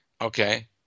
Okay